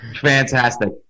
fantastic